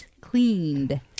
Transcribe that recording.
cleaned